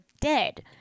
dead